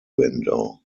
window